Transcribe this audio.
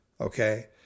Okay